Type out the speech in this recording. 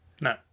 No